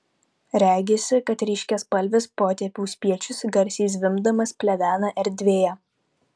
regisi kad ryškiaspalvis potėpių spiečius garsiai zvimbdamas plevena erdvėje